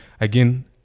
again